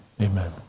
Amen